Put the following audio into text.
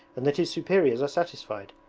and that his superiors are satisfied.